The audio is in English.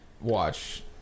watch